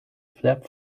flap